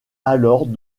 alors